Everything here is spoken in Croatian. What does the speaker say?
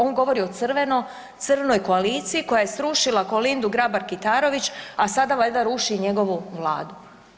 On govori o crveno-crnoj koaliciji koja je srušila Kolindu Grabar Kitarović, a sada valjda ruši njegovu vladu.